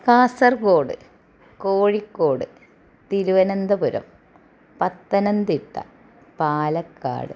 Kasaragod Kozhikode Thiruvananthapuram Pathanamthitta Palakkad